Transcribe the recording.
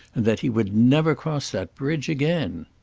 and that he would never cross that bridge again.